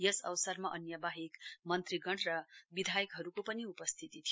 यस अवसरमा अन्यबाहेक मन्त्रीगण र विधायकहरूको पनि उपस्थिती थियो